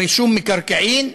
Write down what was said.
רישום מקרקעין.